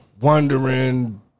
wondering